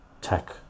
tech